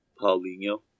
Paulinho